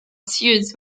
suits